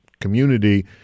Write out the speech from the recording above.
community